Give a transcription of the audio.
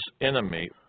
enemy